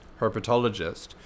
herpetologist